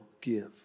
give